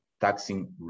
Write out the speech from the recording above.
taxing